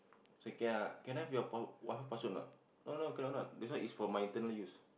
say can can I have your point Wi-Fi password a not oh no cannot this one is for my internal use